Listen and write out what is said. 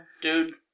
dude